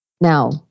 Now